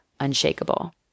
unshakable